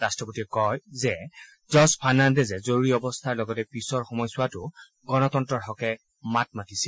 ৰাষ্ট্ৰপতিয়ে কয় যে জৰ্জ ফাৰ্ণাণ্ডেজে জৰুৰী অৱস্থাৰ লগতে পিছৰ সময়ছোৱাতো গণতন্তৰৰ হকে মাত মাতি আহিছিল